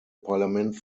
parlament